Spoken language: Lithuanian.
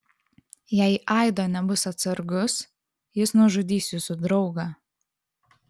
jei aido nebus atsargus jis nužudys jūsų draugą